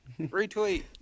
retweet